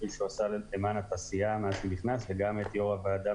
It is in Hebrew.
עשה למען התעשייה מאז שהוא נכנס וגם את יושב ראש הוועדה